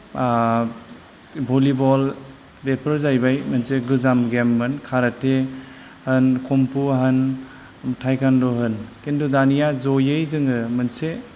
volleyball बेफोर जाहैबाय मोनसे गोजाम गेममोन काराटे होन कम्फु होन थाइगान्द होन किन्तु दानिया ज'यै जोङो मोनसे